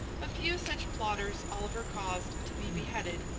a few such plotters oliver caused to be beheaded,